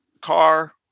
car